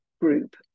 group